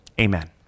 Amen